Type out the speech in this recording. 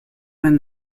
vingt